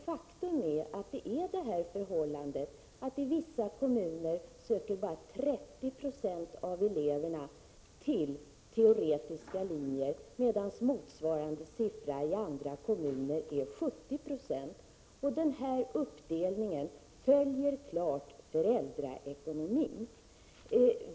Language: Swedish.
Faktum är att i vissa kommuner bara 30 26 av eleverna söker till teoretiska linjer, medan motsvarande siffra i andra kommuner är 70 Ze. Den här uppdelningen följer klart föräldraekonomin.